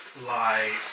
lie